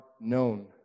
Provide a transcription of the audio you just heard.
known